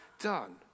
done